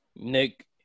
Nick